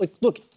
look